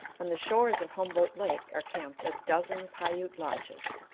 on the shores of humboldt lake are camped a dozen piute lodges,